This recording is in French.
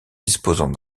disposant